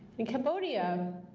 in cambodia,